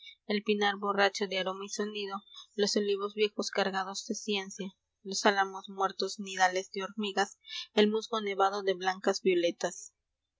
eran pinar borracho de aroma y sonido vos viejos cargados de ciencia atamos muertos nidales de hormigas musgo nevado de blancas violetas